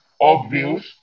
obvious